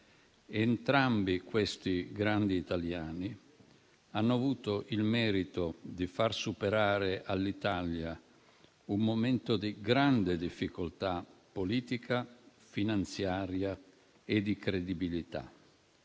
Entrambi questi grandi italiani hanno avuto il merito di far superare all'Italia un momento di grande difficoltà politica, finanziaria e di credibilità;